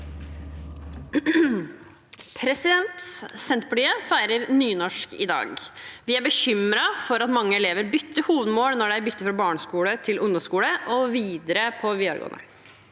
Senter- partiet feirer nynorsk i dag. Vi er bekymret for at mange elever bytter hovedmål når de bytter fra barneskole til ungdomsskole og videre til videregående.